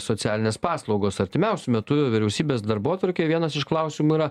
socialinės paslaugos artimiausiu metu vyriausybės darbotvarkėje vienas iš klausimų yra